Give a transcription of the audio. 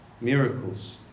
miracles